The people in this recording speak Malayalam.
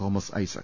തോമസ് ഐസക്